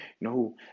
no